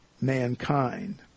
mankind